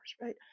right